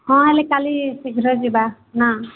ହଁ କାଲି ଶୀଘ୍ର ଯିବା ନା